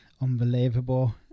Unbelievable